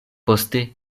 poste